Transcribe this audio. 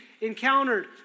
encountered